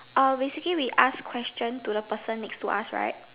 uh basically we ask questions to the person next to us right